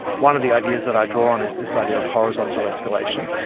one of the ideas that i draw on is this idea of horizontal escalation.